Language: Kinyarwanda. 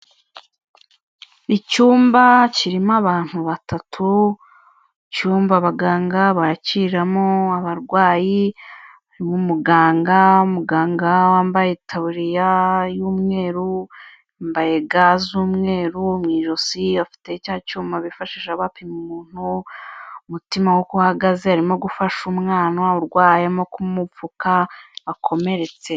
Icyumba kirimo abantu batatu cyumba abaganga bakiramo abarwayi harimo umuganga, muganga wambaye itaburiya y'umweru mbaye ga z'umweru mu ijosi afite cya cyuma bifashisha bapima umuntu, umutima we uko uhagaze, arimo gufasha umwana urwaye arimo kumupfuka wakomeretse.